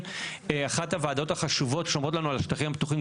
אחת הוועדות החשובות ששומרות לנו על השטחים הירוקים,